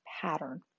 pattern